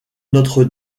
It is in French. notre